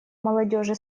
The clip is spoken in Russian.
молодежи